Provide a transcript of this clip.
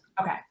Okay